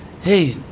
Hey